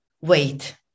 wait